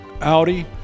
Audi